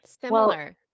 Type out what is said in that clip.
Similar